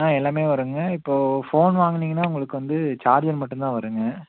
ஆ எல்லாமே வருங்க இப்போது ஃபோன் வாங்கினிங்கன்னா உங்களுக்கு வந்து சார்ஜர் மட்டும்தான் வருங்க